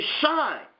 shine